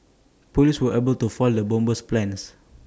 Police were able to foil the bomber's plans